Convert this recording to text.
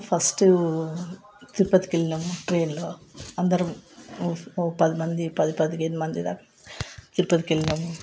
first తిరుపతికి వెళ్ళినాం ట్రైన్లో అందరం ఒ ఒ పదిమంది పది పదిహేను మంది దాకా తిరుపతికి వెళ్ళినాం